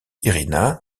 irina